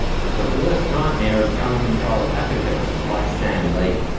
it's the worst nightmare of gun control advocates like sam lee.